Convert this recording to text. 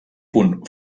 punt